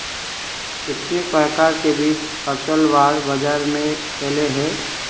कितने प्रकार के बीज असल बार बाजार में ऐले है?